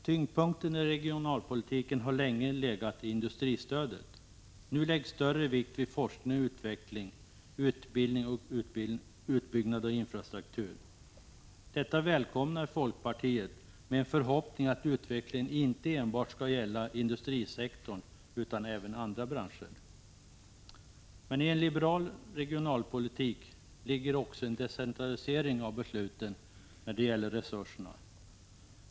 Tyngdpunkten i regionalpolitiken har länge legat i industristödet. Nu läggs större vikt vid forskning och utveckling, utbildning och utbyggnad av infrastruktur. Detta välkomnar folkpartiet med en förhoppning att utvecklingen inte enbart skall gälla industrisektorn, utan även andra branscher. Men i en liberal regionalpolitik ligger också en decentralisering av besluten när det gäller resurserna.